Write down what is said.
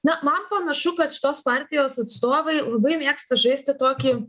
na man panašu kad šitos partijos atstovai labai mėgsta žaisti tokį